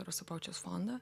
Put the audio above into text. rostropovičiaus fondą